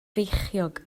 feichiog